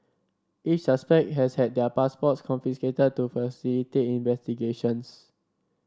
each suspect has had their passports confiscated to facilitate investigations